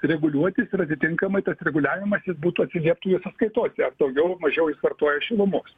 reguliuotis ir atitinkamai tas reguliavimas jis būtų atsilieptų jų sąskaitose ar daugiau ar mažiau jis vartoja šilumos